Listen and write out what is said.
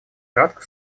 кратко